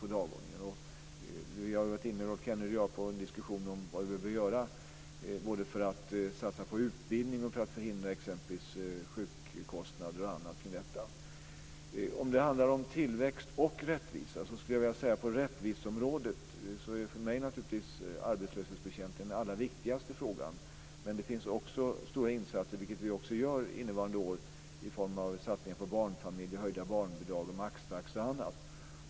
Rolf Kenneryd och jag har varit inne på en diskussion om vad som behöver göras både för att satsa på utbildning och för att exempelvis förhindra ökning av sjukkostnader. Om det handlar om tillväxt och rättvisa, skulle jag vilja säga att på rättviseområdet arbetslöshetsbekämpningen naturligtvis är den allra viktigaste frågan. Men det krävs också stora insatser, som vi också gör innevarande år, i form av satsningar på barnfamiljer, höjda barnbidrag, maxtaxa och annat.